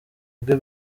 bwe